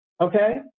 okay